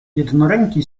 jednoręki